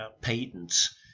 patents